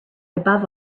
above